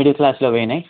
middle క్లాస్లో పోయినాయి